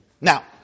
Now